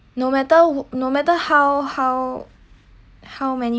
no matter no matter how how how many